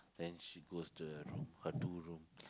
then she goes to her room her two rooms